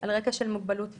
על רקע של מוגבלות פיזית.